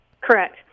Correct